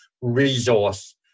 resource